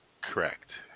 Correct